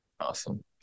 Awesome